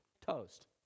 toast